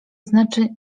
znaczy